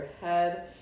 head